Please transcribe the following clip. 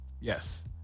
Yes